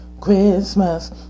Christmas